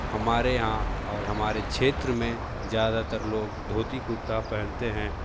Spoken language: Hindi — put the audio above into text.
हमारे यहाँ और हमारे क्षेत्र में ज़्यादातर लोग धोती कुरता पहनते हैं